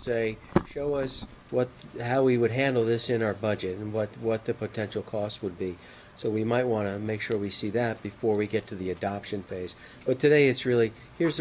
say show was what how we would handle this in our budget and what what the potential cost would be so we might want to make sure we see that before we get to the adoption phase but today it's really here's